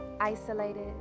Isolated